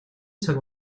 цаг